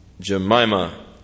Jemima